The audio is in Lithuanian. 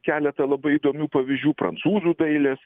keletą labai įdomių pavyzdžių prancūzų dailės